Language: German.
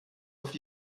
auf